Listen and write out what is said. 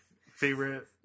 favorite